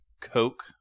Coke